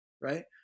right